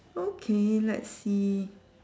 okay let's see